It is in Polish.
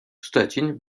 szczecin